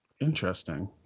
Interesting